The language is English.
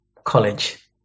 college